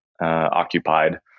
occupied